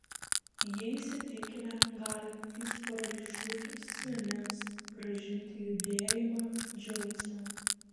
jie įsitikinę galintys paralyžiuotiems asmenims grąžinti judėjimą džiaugsmą